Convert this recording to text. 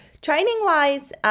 Training-wise